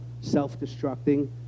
self-destructing